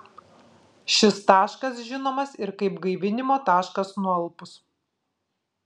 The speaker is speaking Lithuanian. šis taškas žinomas ir kaip gaivinimo taškas nualpus